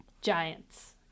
Giants